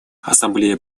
ассамблея